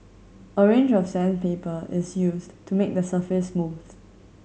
a range of sandpaper is used to make the surface smooth